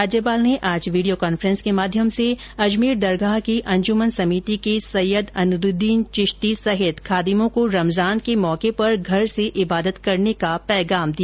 राज्यपाल ने आज वीडियो कांफ्रेस के माध्यम से अजमेर दरगाह की अंजुमन समिति के सैययद एनुददीन चिश्ती सहित खादिमों को रमजान के मौके पर घर से इबादत करने का पैगाम दिया